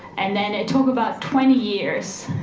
and then it took about twenty years,